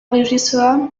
regisseur